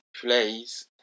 plays